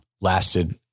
lasted